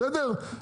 בסדר?